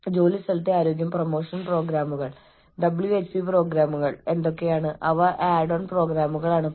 അതുപോലെ തന്നെ മൃഗങ്ങളെ അടിച്ചമർത്തുന്ന അവസ്ഥയിൽ കാണുന്ന മൃഗസംരക്ഷണ തൊഴിലാളികളും സ്വന്തം വികാരങ്ങൾ നിയന്ത്രണത്തിൽ സൂക്ഷിക്കേണ്ടിവരുന്നു